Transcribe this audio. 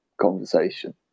conversation